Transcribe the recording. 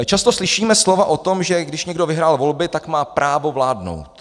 Často slyšíme slova o tom, že když někdo vyhrál volby, tak má právo vládnout.